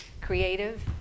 creative